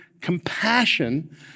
compassion